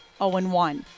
0-1